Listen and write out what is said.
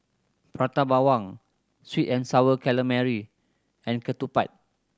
Prata Bawang sweet and Sour Calamari and ketupat